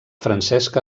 francesc